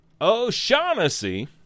O'Shaughnessy